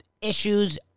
issues